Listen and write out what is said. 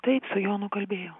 taip su jonu kalbėjau